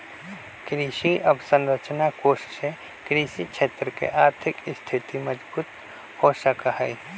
कृषि अवसरंचना कोष से कृषि क्षेत्र के आर्थिक स्थिति मजबूत हो सका हई